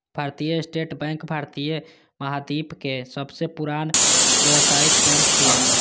भारतीय state bank भारतीय महाद्वीपक सबसं पुरान व्यावसायिक बैंक छियै